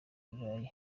burayi